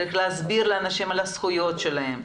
צריך להסביר להם על הזכויות שלהם,